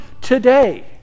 today